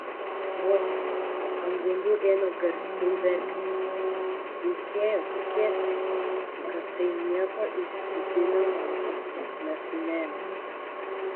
moteris ant grindų ėmė garsiau verkti reikėjo tikėtis kad tai nieko iš vidinio rato nesunervins